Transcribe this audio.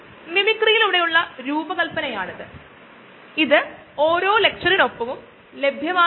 നമുക്ക് താല്പര്യം ഉള്ള ഉൽപനം ആണ് മൈക്രോഓർഗാനിസവും മറ്റ് വസ്തുക്കളും